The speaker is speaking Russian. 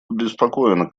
обеспокоена